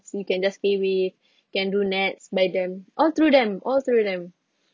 so you can just PayWave can do NETS by them all through them all through them